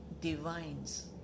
Divines